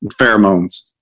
pheromones